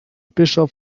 bischof